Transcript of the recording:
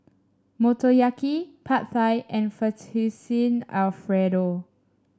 Motoyaki Pad Thai and Fettuccine Alfredo